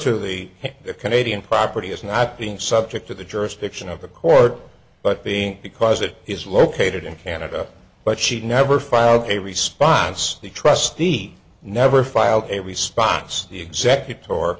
to the canadian property as not being subject to the jurisdiction of a court but being because it is located in canada but she never filed a response the trustee never filed a response the execut